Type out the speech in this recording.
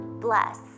bless